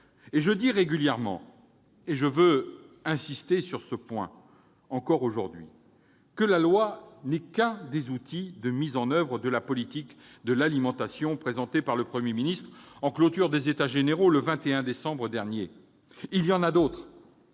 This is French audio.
Je dis régulièrement, et je veux insister sur ce point encore aujourd'hui, que la loi n'est que l'un des outils de mise en oeuvre de la politique de l'alimentation présentée par le Premier ministre en clôture des États généraux le 21 décembre dernier. Il y en a d'autres,